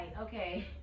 okay